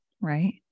Right